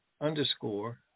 underscore